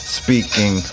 speaking